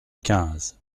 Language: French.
quinze